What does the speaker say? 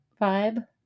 vibe